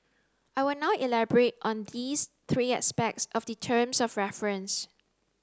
I will now elaborate on these three aspects of the terms of reference